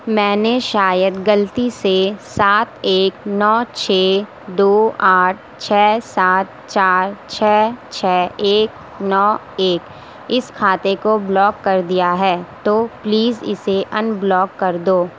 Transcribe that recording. میں نے شاید غلطی سے سات ایک نو چھ دو آٹھ چھ سات چار چھ چھ ایک نو ایک اس کھاتے کو بلاک کر دیا ہے تو پلیز اسے انبلاک کر دو